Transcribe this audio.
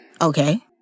Okay